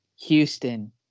Houston